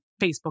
Facebook